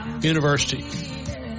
university